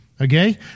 Okay